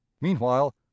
meanwhile